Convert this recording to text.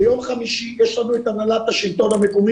ביום חמישי --- הנהלת השלטון המקומי